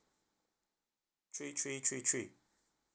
three three three three